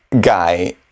guy